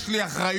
יש לי אחריות.